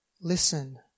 listen